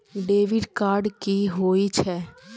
Debit card कि होई छै?